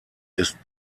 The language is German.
ist